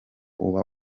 uba